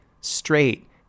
straight